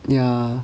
ya